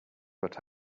what